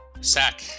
Sack